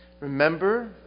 Remember